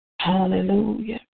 Hallelujah